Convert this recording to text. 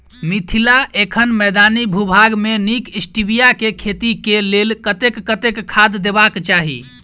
मिथिला एखन मैदानी भूभाग मे नीक स्टीबिया केँ खेती केँ लेल कतेक कतेक खाद देबाक चाहि?